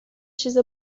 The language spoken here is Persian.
چیز